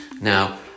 Now